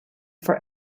for